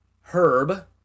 herb